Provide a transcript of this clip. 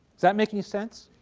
that make any sense?